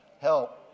help